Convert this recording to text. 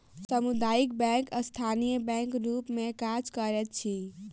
सामुदायिक बैंक स्थानीय बैंकक रूप मे काज करैत अछि